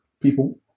people